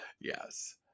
Yes